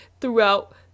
throughout